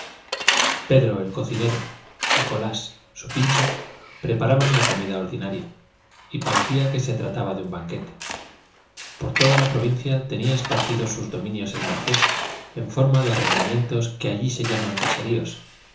pedro el cocinero y colás su pinche preparaban la comida ordinaria y parecía que se trataba de un banquete por toda la provincia tenía esparcidos sus dominios el marqués en forma de arrendamientos que allí se llaman caseríos